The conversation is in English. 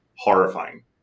Horrifying